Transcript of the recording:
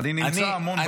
אני נמצא המון בוועדה.